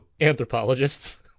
Anthropologists